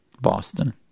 Boston